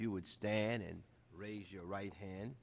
you would stand and raise your right hand